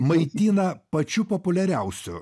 maitina pačiu populiariausiu